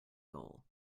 goal